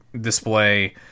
display